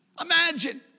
Imagine